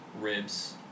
ribs